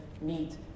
meet